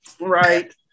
Right